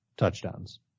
touchdowns